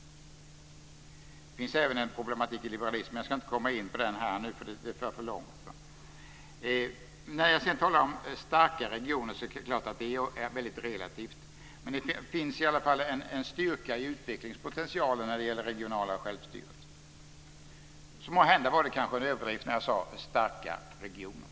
Det finns även en problematik i liberalismen, men jag ska inte gå in på den nu, för det skulle föra för långt. När jag talar om starka regioner är det väldigt relativt, men det finns i alla fall en styrka i utvecklingspotentialen när det gäller det regionala självstyret. Måhända var det kanske en överdrift när jag sade "för starka regioner".